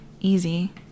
easy